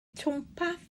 twmpath